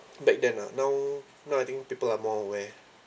back then ah now now I think people are more aware